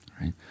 right